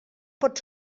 pot